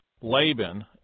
Laban